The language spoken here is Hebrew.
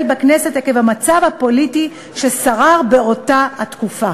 בכנסת עקב המצב הפוליטי ששרר באותה התקופה.